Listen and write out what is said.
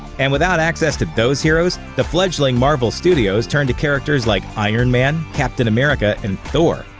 and without access to those heroes, the fledgling marvel studios turned to characters like iron man, captain america, and thor,